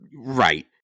Right